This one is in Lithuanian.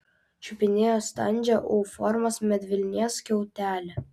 čiupinėjo standžią u formos medvilnės skiautelę